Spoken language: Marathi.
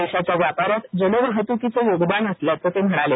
देशाच्या व्यापारात जलवाहतुकीचं योगदान असल्याचे ते म्हणाले